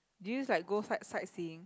do you like go sight~ sightseeing